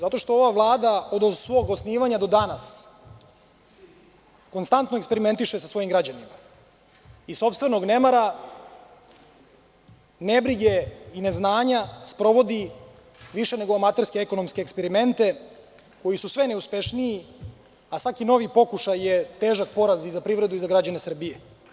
Zato što ova Vlada od svog osnivanja do danas konstantno eksperimentiše sa svojim građanima i iz sopstvenog nemara, nebrige i neznanja sprovodi više nego amaterski ekonomske eksperimente koji su sve neuspešniji, a svaki novi pokušaj je težak poraz i za građane Srbije.